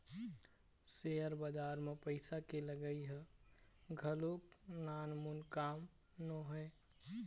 share बजार म पइसा के लगई ह घलोक नानमून काम नोहय